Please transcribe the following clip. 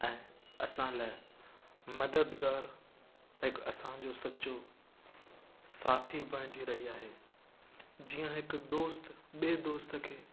ऐं असां लाइ मददगारु लाइक असांजो सचो साथी बणिजी रही आहे जीअं हिकु दोस्त ॿिए दोस्त खे